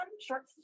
short